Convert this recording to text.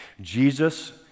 Jesus